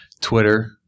Twitter